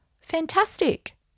fantastic